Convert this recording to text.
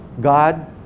God